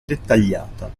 dettagliata